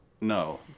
No